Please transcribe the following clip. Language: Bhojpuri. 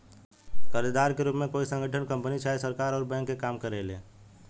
कर्जदाता के रूप में कोई संगठन, कंपनी चाहे सरकार अउर बैंक के काम करेले